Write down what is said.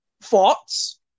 thoughts